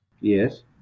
Yes